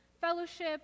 fellowship